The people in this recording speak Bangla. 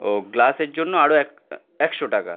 ও গ্লাসের জন্য আরও এক একশো টাকা